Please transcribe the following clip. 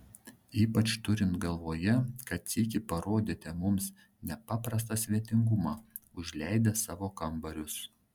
ypač turint galvoje kad sykį parodėte mums nepaprastą svetingumą užleidęs savo kambarius